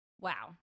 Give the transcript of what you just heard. Wow